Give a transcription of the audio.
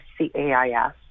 CAIS